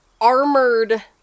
armored